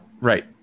Right